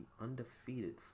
undefeated